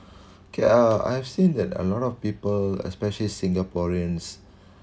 okay uh I've seen that a lot of people especially singaporeans